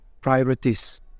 priorities